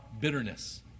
bitterness